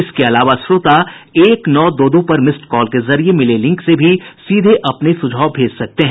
इसके अलावा श्रोता एक नौ दो दो पर मिस्ड कॉल के जरिये मिले लिंक से भी सीधे अपने सुझाव भेज सकते हैं